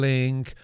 Link